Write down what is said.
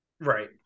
Right